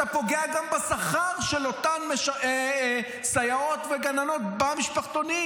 אתה פוגע גם בשכר של אותן סייעות וגננות במשפחתונים.